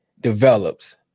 develops